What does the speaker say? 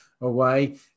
away